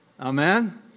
Amen